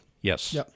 Yes